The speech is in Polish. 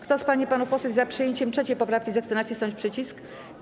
Kto z pań i panów posłów jest za przyjęciem 3. poprawki, zechce nacisnąć przycisk.